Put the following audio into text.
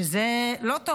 שזה לא טוב.